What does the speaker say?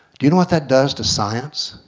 do you know what that does to science?